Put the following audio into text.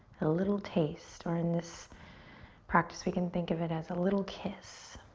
a little taste, or in this practice we can think of it as a little kiss.